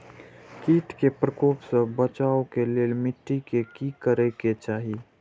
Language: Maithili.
किट के प्रकोप से बचाव के लेल मिटी के कि करे के चाही?